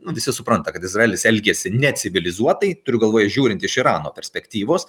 visi supranta kad izraelis elgiasi necivilizuotai turiu galvoj žiūrint iš irano perspektyvos